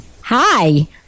Hi